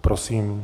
Prosím.